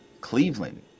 Cleveland